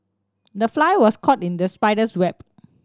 the fly was caught in the spider's web